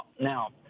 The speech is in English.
Now